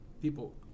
People